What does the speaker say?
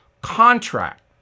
contract